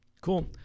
Cool